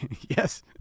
Yes